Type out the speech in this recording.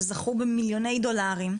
שזכו במיליוני דולרים,